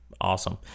awesome